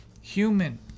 Human